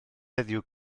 heddiw